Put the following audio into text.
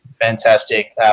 fantastic